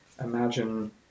imagine